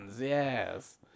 Yes